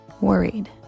worried